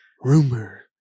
Rumor